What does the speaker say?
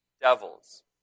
devils